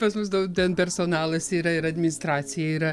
pas mus dau ten personalas yra ir administracija yra